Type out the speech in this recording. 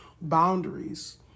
boundaries